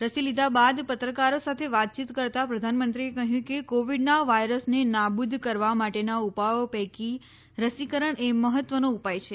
રસી લીધા બાદ પત્રકારો સાથે વાતચીત કરતાં પ્રધાનમંત્રીએ કહ્યું કે કોવિડના વાયરસને નાબુદ કરવા માટેના ઉપાયો પૈકી રસીકરણ એ મહત્વનું ઉપાય છે